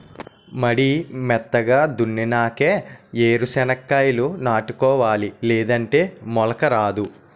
మడి మెత్తగా దున్నునాకే ఏరు సెనక్కాయాలు నాటుకోవాలి లేదంటే మొలక రాదు